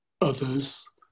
others